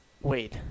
Wait